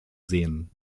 sehen